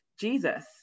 Jesus